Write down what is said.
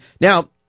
now